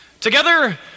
Together